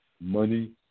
money